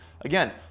Again